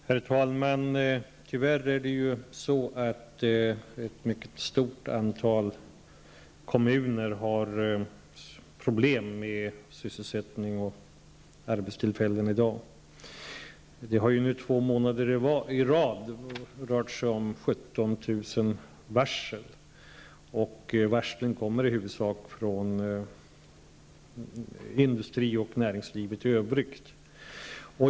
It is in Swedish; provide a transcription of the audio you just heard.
Herr talman! Tyvärr är det ett mycket stort antal kommuner som i dag har problem med sysselsättning och arbetstillfällen. Det har nu två månader i rad rört sig om 17 000 varsel, och varslen kommer i huvudsak från industri och näringsliv i övrigt.